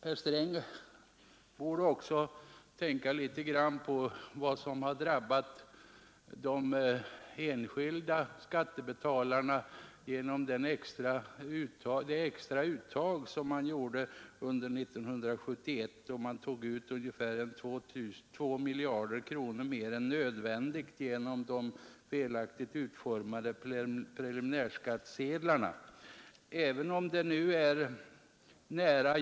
Herr Sträng borde också tänka litet på vad som har drabbat de enskilda skattebetalarna genom det extra skatteuttaget under 1971 på 2 miljarder kronor på grund av de felaktigt utformade preliminärskattetabellerna.